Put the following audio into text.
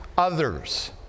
others